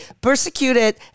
persecuted